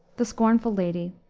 the scornful lady,